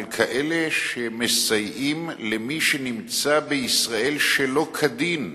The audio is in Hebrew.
על כאלה שמסייעים למי שנמצא בישראל שלא כדין.